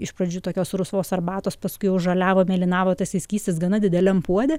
iš pradžių tokios rusvos arbatos paskui jau žaliavo mėlynavo tasai skystis gana dideliam puode